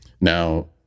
Now